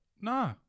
No